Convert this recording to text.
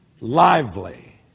Lively